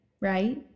right